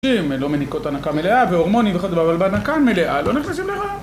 לא מניקות הנקה מלאה, והורמונים וכו', אבל בהנקה המלאה, לא נכנסים להריון